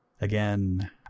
Again